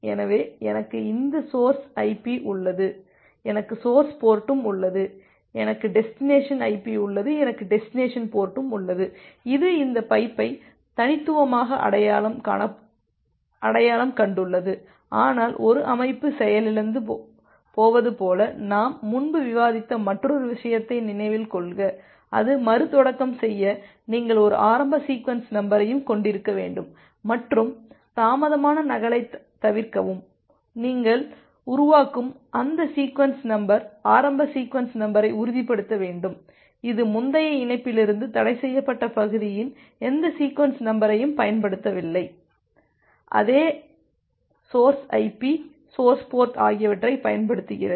எனவே எனக்கு இந்த சோர்ஸ் ஐபி உள்ளது எனக்கு சோர்ஸ் போர்ட்டும் உள்ளது எனக்கு டெஸ்டினேசன் ஐபி உள்ளது எனக்கு டெஸ்டினேசன் போர்ட்டும் உள்ளது இது இந்த பைப்பை தனித்துவமாக அடையாளம் கண்டுள்ளது ஆனால் ஒரு அமைப்பு செயலிழந்து போவது போல நாம் முன்பு விவாதித்த மற்றொரு விஷயத்தை நினைவில் கொள்க அது மறுதொடக்கம் செய்ய நீங்கள் ஒரு ஆரம்ப சீக்வென்ஸ் நம்பரையும் கொண்டிருக்க வேண்டும் மற்றும் தாமதமான நகலைத் தவிர்க்கவும் நீங்கள் உருவாக்கும் அந்த சீக்வென்ஸ் நம்பர் ஆரம்ப சீக்வென்ஸ் நம்பரை உறுதிப்படுத்த வேண்டும் இது முந்தைய இணைப்பிலிருந்து தடைசெய்யப்பட்ட பகுதியின் எந்த சீக்வென்ஸ் நம்பரையும் பயன்படுத்தவில்லை இது அதே சோர்ஸ் ஐபி சோர்ஸ் போர்ட் ஆகியவற்றைப் பயன்படுத்துகிறது